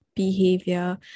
Behavior